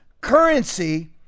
currency